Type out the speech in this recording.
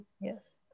Yes